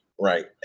Right